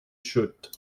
shoot